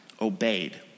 obeyed